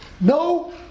No